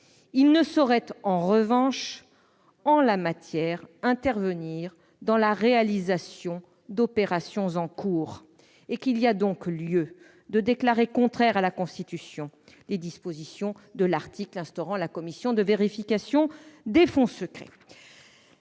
il ne saurait en revanche, en la matière, intervenir dans la réalisation d'opérations en cours ; qu'il y a lieu, dès lors, de déclarer contraires à la Constitution les dispositions » de l'article instaurant la commission de vérification des fonds spéciaux.